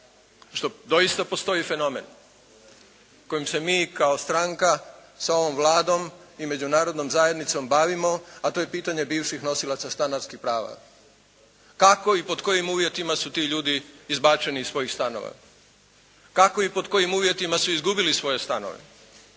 što doista postoji fenomen kojem se mi kao stranka sa ovom Vladom i Međunarodnom zajednicom bavimo a to je pitanje bivših nosilaca stanarskih prava. Kako i pod kojim uvjetima su ti ljudi izbačeni iz svojih stanova, kako i pod kojim uvjetima su izgubili svoje stanove,